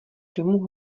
domů